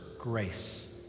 grace